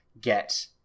get